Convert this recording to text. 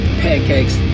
pancakes